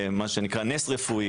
בישראל.